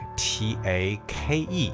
take